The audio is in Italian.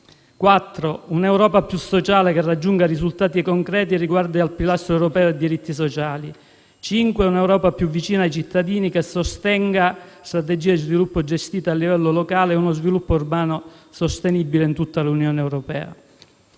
un'Europa più sociale che raggiunga risultati concreti riguardo al pilastro europeo dei diritti sociali. Al punto 5 c'è un'Europa più vicina ai cittadini che sostenga strategie di sviluppo gestito a livello locale e uno sviluppo urbano sostenibile in tutta l'Unione europea.